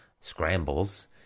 scrambles